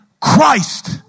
Christ